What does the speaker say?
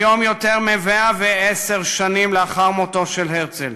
היום, יותר מ-110 שנים לאחר מותו של הרצל,